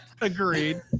agreed